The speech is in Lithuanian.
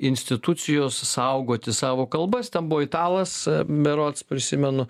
institucijos saugoti savo kalbas ten buvo italas berods prisimenu